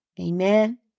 Amen